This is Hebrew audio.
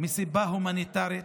מסיבה הומניטרית,